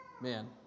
man